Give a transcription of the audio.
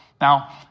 Now